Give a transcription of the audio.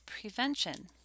prevention